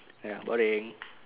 ya boring